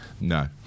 No